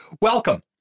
welcome